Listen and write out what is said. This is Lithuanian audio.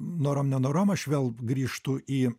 norom nenorom aš vėl grįžtu į